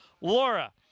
Laura